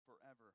forever